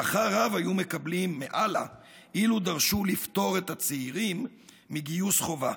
שכר רב היו מקבלים מאללה אילו דרשו לפטור את הצעירים מגיוס חובה.